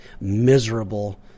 miserable